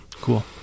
Cool